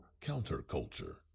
counter-culture